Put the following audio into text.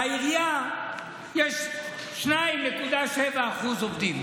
40%. בעירייה יש 2.7% עובדים.